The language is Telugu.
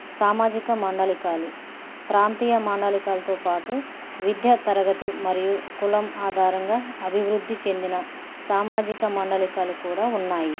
సామాజిక మండలికాలు ప్రాంతీయ మాండలికాలతో పాటు విద్య తరగతి మరియు కులం ఆధారంగా అభివృద్ధి చెందిన సామాజిక మండలికాలు కూడా ఉన్నాయి